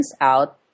out